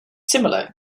similar